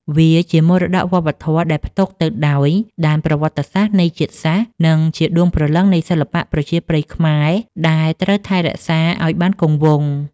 វាជាមរតកវប្បធម៌ដែលផ្ទុកទៅដោយដានប្រវត្តិសាស្ត្រនៃជាតិសាសន៍ និងជាដួងព្រលឹងនៃសិល្បៈប្រជាប្រិយខ្មែរដែលត្រូវតែថែរក្សាឱ្យបានគង់វង្ស។